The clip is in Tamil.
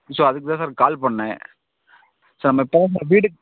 ஸோ அதுக்கு தான் சார் கால் பண்ணேன் சார் நம்ம இப்போ தான் சார் வீடு